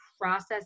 process